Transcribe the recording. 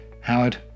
Howard